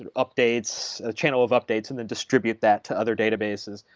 ah updates a channel of updates and then distribute that to other databases.